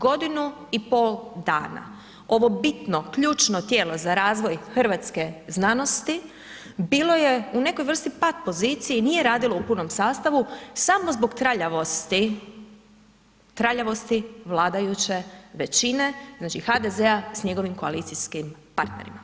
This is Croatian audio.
Godinu i pol dana, ovo bitno, ključno tijelo za razvoj hrvatske znanosti bilo je u nekoj vrsti pat pozicije i nije radilo u punom sastavu samo zbog traljavosti vladajuće većine, znači HDZ-a s njegovim koalicijskim partnerima.